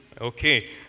Okay